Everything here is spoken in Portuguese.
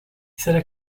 será